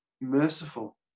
merciful